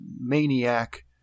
maniac